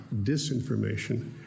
disinformation